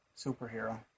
superhero